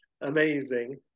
amazing